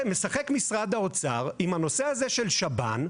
משרד האוצר משחק עם הנושא הזה של השב"ן,